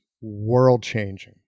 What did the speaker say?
world-changing